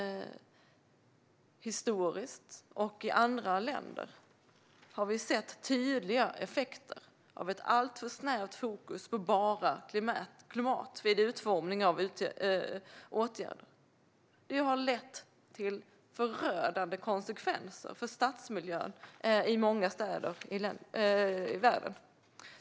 Historiskt och i andra länder har vi sett tydliga effekter av ett alltför snävt fokus på bara klimat vid utformning av åtgärder. Detta har fått förödande konsekvenser för stadsmiljön i många städer i världen.